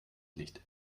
licht